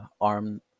arm